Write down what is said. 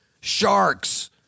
sharks